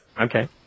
Okay